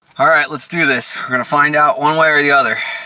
all right, let's do this. we're gonna find out one way or the other.